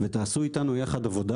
ותעשו יחד איתנו עבודה